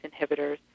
inhibitors